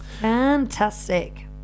Fantastic